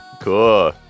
Cool